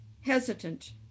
hesitant